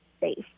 safe